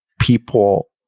people